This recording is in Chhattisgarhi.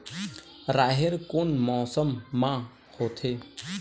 राहेर कोन मौसम मा होथे?